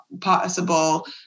possible